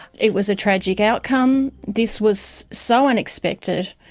it was a tragic outcome. this was so unexpected,